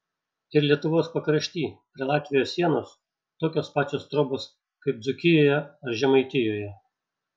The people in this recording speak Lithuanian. ir lietuvos pakrašty prie latvijos sienos tokios pačios trobos kaip dzūkijoje ar žemaitijoje